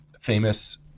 famous